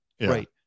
right